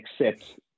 accept